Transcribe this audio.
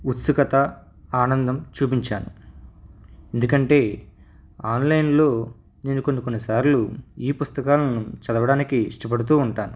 ఉత్సుకత ఆనందము చూపించాను ఎందుకంటే ఆన్లైన్లో నేను కొన్ని కొన్ని సార్లు ఈ పుస్తకాలను చదవడానికి ఇష్టపడుతూ ఉంటాను